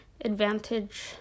advantage